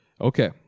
okay